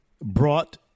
brought